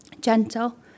gentle